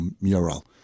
mural